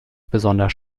besonders